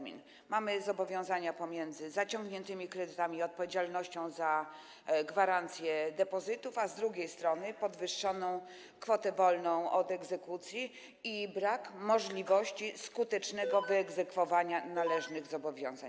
Mamy zobowiązania z tytułu zaciągniętych kredytów, odpowiedzialności za gwarancję depozytów, a z drugiej strony podwyższoną kwotę wolną od egzekucji i brak możliwości skutecznego wyegzekwowania należnych zobowiązań.